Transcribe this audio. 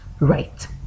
right